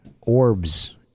orbs